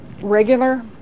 regular